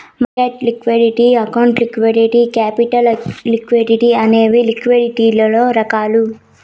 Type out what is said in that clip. market liquidity account liquidity capital liquidity అనేవి లిక్విడిటీలలో రకాలు